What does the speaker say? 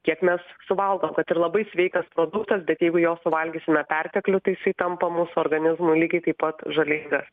kiek mes suvalgom kad ir labai sveikas produktas bet jeigu jo suvalgysime perteklių tai jisai tampa mūsų organizmui lygiai taip pat žalingas